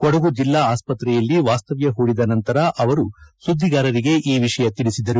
ಕೊಡಗು ಜಿಲ್ಲಾ ಆಸ್ಪತ್ರೆಯಲ್ಲಿ ವಾಸ್ತವ್ಯ ಹೂಡಿದ ನಂತರ ಅವರು ಸುದ್ಧಿಗಾರರಿಗೆ ಈ ವಿಷಯ ತಿಳಿಸಿದರು